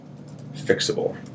fixable